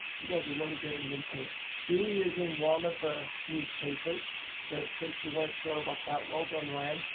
you guys are really getting into doing is in one of the newspapers certification went sure about that. well done. ryan,